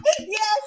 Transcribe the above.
Yes